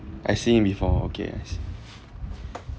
I see him before okay I see